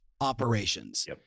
operations